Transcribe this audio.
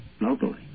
locally